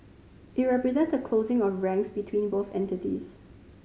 it represents a closing of ranks between both entities